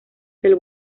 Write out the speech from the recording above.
del